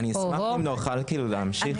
אני אשמח אם נוכל להמשיך.